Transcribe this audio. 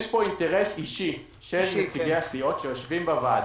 יש פה אינטרס אישי של נציגי הסיעות שיושבים בוועדה.